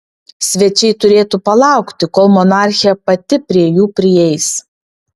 svečiai turėtų palaukti kol monarchė pati prie jų prieis